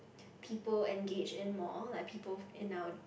people engage in more like people in our